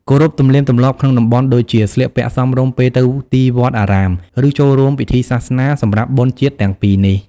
គោរពទំនៀមទម្លាប់ក្នុងតំបន់ដូចជា ស្លៀកពាក់សមរម្យពេលទៅទីវត្តអារាម ឬចូលរួមពិធីសាសនាសម្រាប់បុណ្យជាតិទាំងពីរនេះ ។